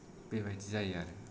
बेबायदि जायो आरो